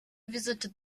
visited